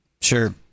Sure